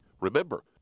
Remember